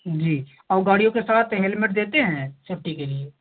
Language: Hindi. जी और वह गाड़ियो के साथ हेलमेट देते हैं सेफ्टी के लिए